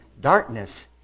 darkness